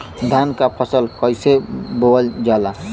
धान क फसल कईसे बोवल जाला?